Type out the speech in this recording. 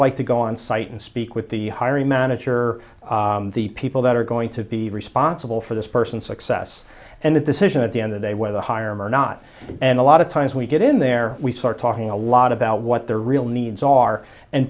like to go on site and speak with the hiring manager the people that are going to be responsible for this person success and the decision at the end of day whether hire him or not and a lot of times we get in there we start talking a lot about what their real needs are and